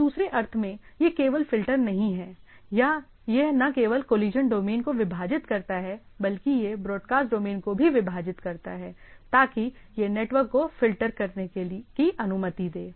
तो दूसरे अर्थ में यह केवल फिल्टर नहीं है यह न केवल कॉलेजन डोमेन को विभाजित करता है बल्कि यह ब्रॉडकास्ट डोमेन को भी विभाजित करता है ताकि यह ट्रैफ़िक को फ़िल्टर करने की अनुमति दे